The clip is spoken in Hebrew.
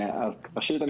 ראשית,